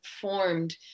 formed